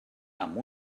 amb